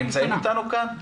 הם נמצאים איתנו כאן?